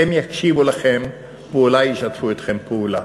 הם יקשיבו לכם, ואולי ישתפו אתכם פעולה.